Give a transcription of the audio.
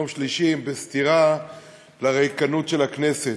ביום שלישי הם בסתירה לריקנות של הכנסת.